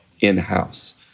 in-house